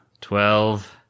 Twelve